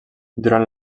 durant